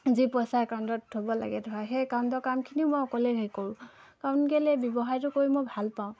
যি পইচা একাউণ্টত থ'ব লাগে ধৰা সেই একাউণ্টৰ কামখিনি মই অকলে হেৰি কৰোঁ কাৰণ কেলে ব্যৱসায়টো কৰি মই ভাল পাওঁ